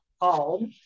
called